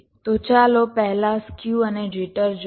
તો ચાલો પહેલા સ્ક્યુ અને જિટર જોઈએ